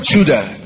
Judah